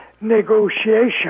negotiation